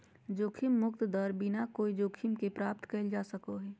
जोखिम मुक्त दर बिना कोय जोखिम के प्राप्त कइल जा सको हइ